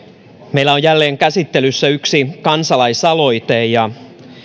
meillä on jälleen käsittelyssä yksi kansalaisaloite ja